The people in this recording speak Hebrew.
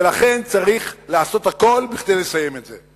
ולכן צריך לעשות הכול כדי לסיים את זה.